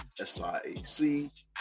SIAC